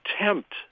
attempt